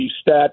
Stat